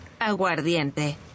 Aguardiente